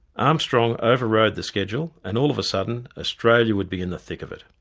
armstrong overrode the schedule and all of a sudden australia would be in the thick of it.